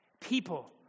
People